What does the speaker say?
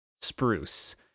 spruce